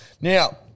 Now